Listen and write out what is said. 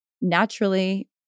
naturally